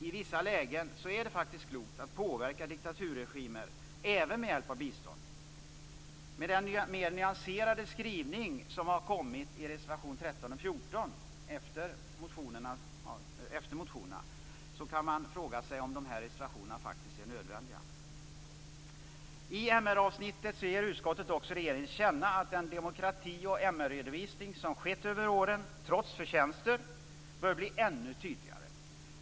I vissa lägen är det faktiskt klokt att påverka diktaturregimer - även med hjälp av bistånd. Med den mer nyanserade skrivningen i reservationerna 13 och 14 som har kommit efter behandlingen av motionerna, kan man fråga sig om reservationerna är nödvändiga. I avsnittet om mänskliga rättigheter ger utskottet regeringen till känna att den redovisning om demokrati och mänskliga rättigheter som skett under åren, trots förtjänster, bör bli ännu tydligare.